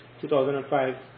2005